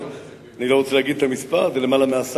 אצל ביבי ואצלי זה הראשון.